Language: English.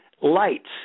lights